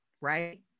right